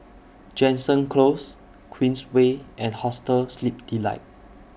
Jansen Close Queensway and Hostel Sleep Delight